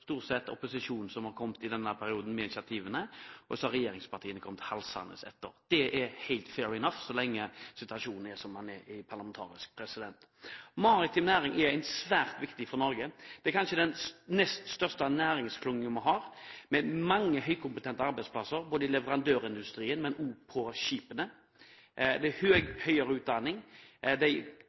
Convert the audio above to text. stort sett opposisjonen som i denne perioden har kommet med initiativene, og så har regjeringspartiene kommet halsende etter. Det er «fair enough» så lenge situasjonen er som den er parlamentarisk. Maritim næring er svært viktig for Norge. Det er kanskje den nest største næringsklyngen vi har, med mange høykompetente på arbeidsplassene, både i leverandørindustrien og på skipene. Det er høyere utdanning.